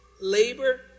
labor